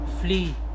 flee